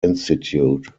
institute